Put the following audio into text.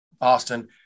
Austin